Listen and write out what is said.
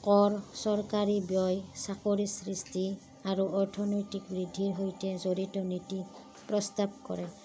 কৰ চৰকাৰী ব্যয় চাকৰিৰ সৃষ্টি আৰু অৰ্থনৈতিক বৃদ্ধিৰ সৈতে জড়িত নীতিৰ প্ৰস্তাৱ কৰে